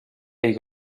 pell